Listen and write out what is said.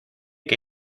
que